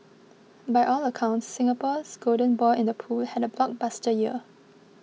by all accounts Singapore's golden boy in the pool had a blockbuster year